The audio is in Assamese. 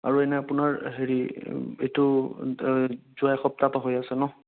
আৰু এনেই আপোনাৰ হেৰি এইটো যোৱা এসপ্তাহ পৰা হৈ আছে ন